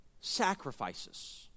sacrifices